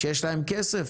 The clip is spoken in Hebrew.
שיש להם כסף.